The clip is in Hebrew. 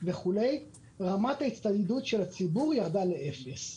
למחרת רמת ההצטיידות של הציבור ירדה לאפס.